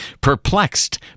perplexed